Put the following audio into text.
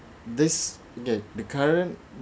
this okay the current